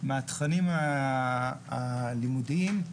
מהתכנים הלימודיים,